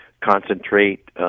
concentrate